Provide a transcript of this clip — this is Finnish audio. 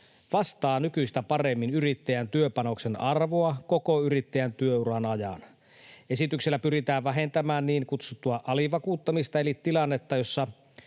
vastaa nykyistä paremmin yrittäjän työpanoksen arvoa koko yrittäjän työuran ajan. Esityksellä pyritään vähentämään niin kutsuttua alivakuuttamista eli tilannetta, jossa